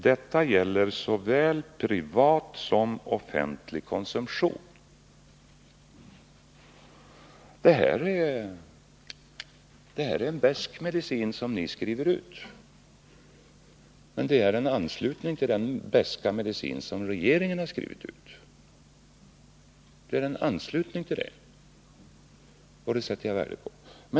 Detta gäller såväl privat som offentlig konsumtion.” Det är en besk medicin som ni skriver ut, men det är en anslutning när det gäller den beska medicin som regeringen har skrivit ut, och det sätter jag värde på.